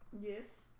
Yes